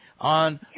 on